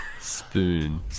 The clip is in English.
Spoon